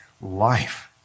life